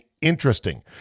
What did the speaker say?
interesting